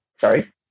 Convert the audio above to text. Sorry